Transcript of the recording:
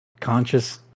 conscious